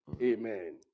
Amen